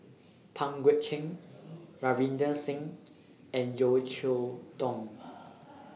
Pang Guek Cheng Ravinder Singh and Yeo Cheow Tong